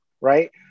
right